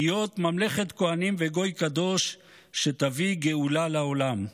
"להיות ממלכת כוהנים וגוי קדוש" שתביא גאולה לעולם.